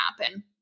happen